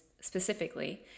specifically